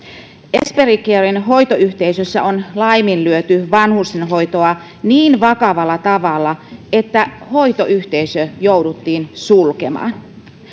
esperi caren hoitoyhteisössä on laiminlyöty vanhustenhoitoa niin vakavalla tavalla että hoitoyhteisö jouduttiin sulkemaan